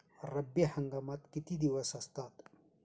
रब्बी हंगामात किती दिवस असतात?